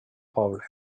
poble